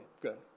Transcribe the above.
good